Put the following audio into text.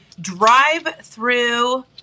drive-through